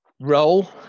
role